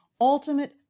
ultimate